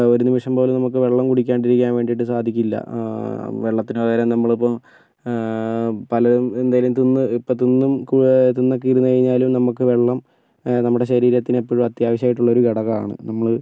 ഒരു നിമിഷം പോലും നമ്മൾ വെള്ളം കുടിക്കാണ്ട് ഇരിക്കാൻ വേണ്ടിയിട്ട് സാധിക്കില്ല വെള്ളത്തിന് പകരം നമ്മളിപ്പം പലതും എന്തെങ്കിലും തിന്ന് ഇപ്പം തിന്ന് തിന്നൊക്കെ ഇരുന്ന് കഴിഞ്ഞാൽ നമുക്ക് വെള്ളം നമ്മുടെ ശരീരത്തിന് എപ്പോഴും അത്യാവശ്യമായിട്ടുള്ള ഒരു ഘടകമാണ് നമ്മൾ